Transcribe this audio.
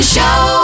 Show